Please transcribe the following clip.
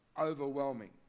overwhelming